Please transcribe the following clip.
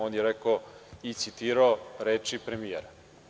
On je rekao i citirao reči premijera.